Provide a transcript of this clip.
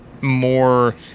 more –